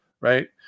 right